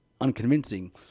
unconvincing